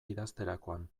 idazterakoan